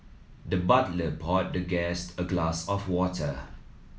the butler poured the guest a glass of water